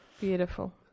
Beautiful